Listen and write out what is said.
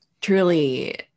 truly